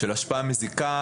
של השפעה מזיקה?